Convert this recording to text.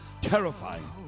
terrifying